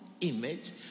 image